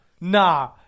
nah